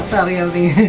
valley of the